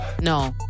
No